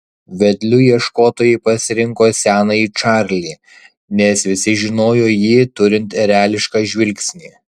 vedliu ieškotojai pasirinko senąjį čarlį nes visi žinojo jį turint erelišką žvilgsnį